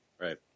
Right